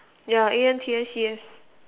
yeah A_N_T_I_C_S